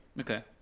Okay